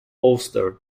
ulster